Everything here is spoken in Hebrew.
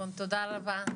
תודה רבה.